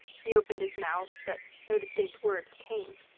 he opened his mouth, but no distinct words came.